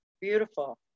Beautiful